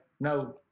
no